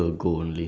um